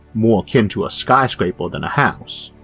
more akin to a skyscraper than a house.